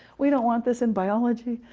we don't want this in biology,